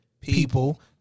people